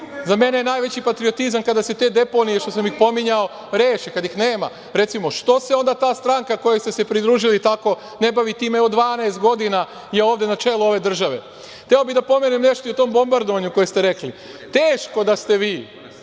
za mene je najveći patriotizam kada se te deponije što sam ih pominjao reše, kada ih nema. Recimo, što se onda ta stranka kojoj ste se pridružili tako ne bavi time, evo, 12 godina je ovde na čelu ove države? Hteo bih da pomenem nešto i o tom bombardovanju koje ste rekli. Teško da ste vi